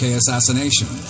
assassination